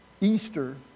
Easter